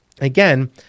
Again